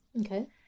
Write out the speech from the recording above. Okay